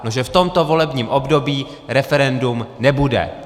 No že v tomto volebním období referendum nebude.